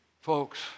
Folks